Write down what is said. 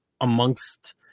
amongst